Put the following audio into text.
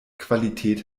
qualität